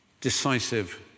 Decisive